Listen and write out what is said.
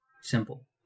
simple